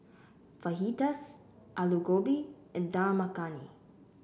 Fajitas Alu Gobi and Dal Makhani